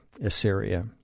Assyria